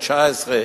19,